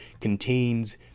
contains